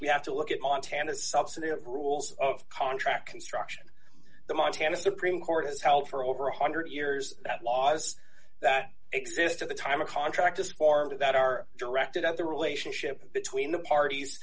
we have to look at montana subsidy of rules of contract construction the montana supreme court has held for over one hundred years that laws that exist at the time a contract is formed d that are directed at the relationship between the parties